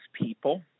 people